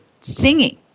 singing